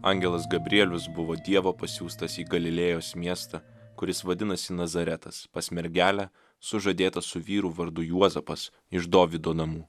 angelas gabrielius buvo dievo pasiųstas į galilėjos miestą kuris vadinasi nazaretas pas mergelę sužadėtą su vyru vardu juozapas iš dovydo namų